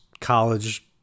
college